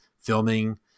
filming